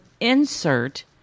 insert